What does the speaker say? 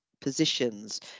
positions